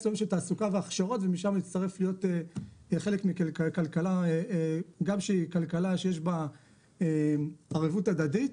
לעולם של תעסוקה והכשרות ומשם להצטרף להיות חלק מכלכלה שיש בה ערבות הדדית,